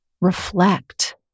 reflect